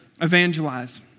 evangelize